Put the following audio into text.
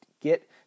get